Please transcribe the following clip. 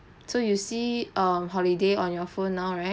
so you see um holiday on your phone now right